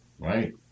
Right